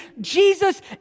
Jesus